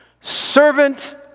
Servant